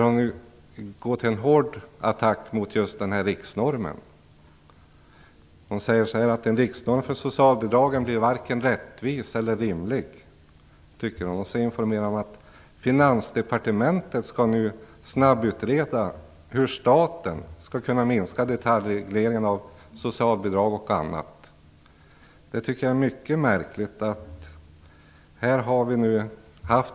Hon går till hård attack mot just riksnormen. Hon säger att en riksnorm för socialbidragen varken blir rättvis eller rimlig. Hon informerar om att Finansdepartementet nu skall snabbutreda hur staten skall kunna minska detaljregleringen av socialbidrag och annat. Det tycker jag är mycket märkligt.